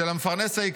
של המפרנס.